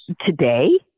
today